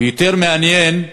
ויותר מעניין,